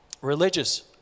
religious